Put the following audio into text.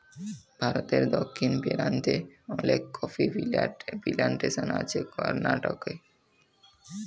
ভারতে দক্ষিণ পেরান্তে অলেক কফি পিলানটেসন আছে করনাটকে